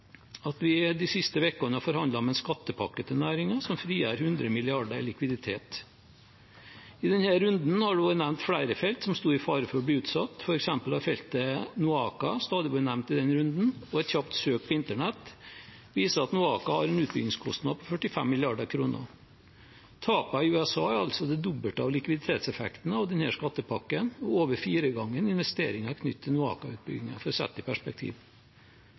at vi de siste ukene har forhandlet om en skattepakke til næringen som frigjør 100 mrd. kr i likviditet. I denne runden har det vært nevnt flere felt som sto i fare for å bli utsatt. For eksempel har feltet Noaka stadig blitt nevnt i denne runden, og et kjapt søk på internett viser at Noaka har en utbyggingskostnad på 45 mrd. kr. Tapene i USA er altså det dobbelte av likviditetseffekten av denne skattepakken og over fire ganger så mye som investeringene knyttet til Noaka-utbyggingen, for å sette det i perspektiv.